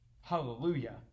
Hallelujah